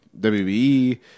WWE